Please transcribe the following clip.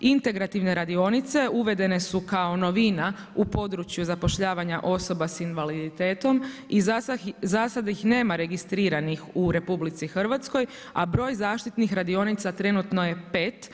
Integrativne radionice uvedene su kao novina u području zapošljavanja osoba s invaliditetom, i zasad ih nema registriranih u RH a broj zaštitnih radionica trenutno je pet.